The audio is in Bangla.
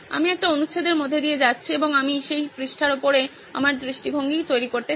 আমি একটি অনুচ্ছেদের মধ্য দিয়ে যাচ্ছি এবং আমি সেই পৃষ্ঠার উপরে আমার দৃষ্টিভঙ্গি তৈরি করতে চাই